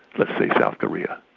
let's say, south korea,